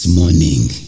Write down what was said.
morning